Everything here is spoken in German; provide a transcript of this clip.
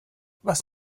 was